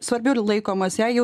svarbiu laikomas jei jau